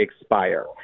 expire